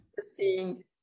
seeing